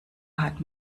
hat